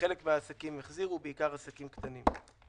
וחלק מהעסקים החזירו, בעיקר העסקים הקטנים.